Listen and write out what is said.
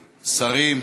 שרים,